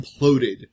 imploded